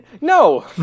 no